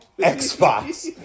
Xbox